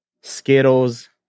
Skittles